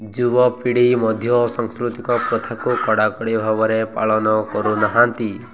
ଯୁବପିଢ଼ି ମଧ୍ୟ ସଂସ୍କୃତିକ ପ୍ରଥାକୁ କଡ଼ାକଡ଼ି ଭାବରେ ପାଳନ କରୁନାହାନ୍ତି